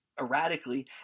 erratically